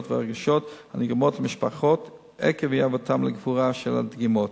והרגשיות הנגרמות למשפחות עקב אי-הבאתן לקבורה של הדגימות.